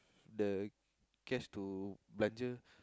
the cash to belanja